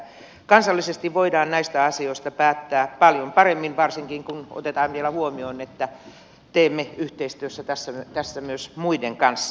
kansallisesti voidaan näistä asioista päättää paljon paremmin varsinkin kun otetaan vielä huomioon että teemme yhteistyötä tässä myös muiden kanssa